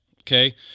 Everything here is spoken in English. Okay